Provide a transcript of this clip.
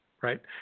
right